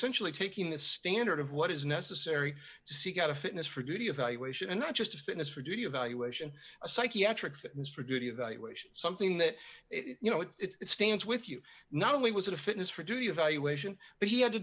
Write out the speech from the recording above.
centrally taking the standard of what is necessary to seek out a fitness for duty evaluation and not just a fitness for duty evaluation a psychiatric fitness for duty evaluation something that you know it's stands with you not only was it a fitness for duty evaluation but he had to